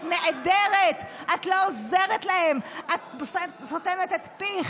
את נעדרת, את לא עוזרת להם, את סותמת פיך,